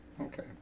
Okay